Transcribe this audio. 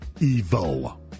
evil